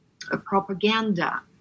propaganda